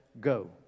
go